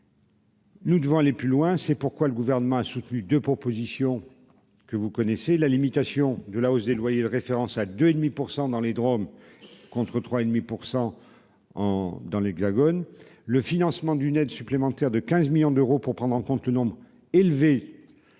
nous devons aller plus loin. C'est pourquoi le Gouvernement a soutenu deux propositions que vous connaissez : la limitation de la hausse des loyers de référence à 2,5 % dans les départements et régions d'outre-mer (DROM), contre 3,5 % dans l'Hexagone et le financement d'une aide supplémentaire de 15 millions d'euros pour prendre en compte le nombre élevé